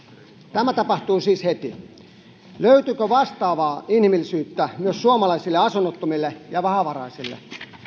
tämä tapahtui siis heti löytyykö vastaavaa inhimillisyyttä myös suomalaisille asunnottomille ja vähävaraisille